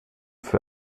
für